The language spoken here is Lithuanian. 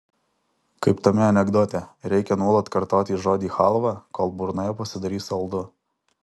kaip tame anekdote reikia nuolat kartoti žodį chalva kol burnoje pasidarys saldu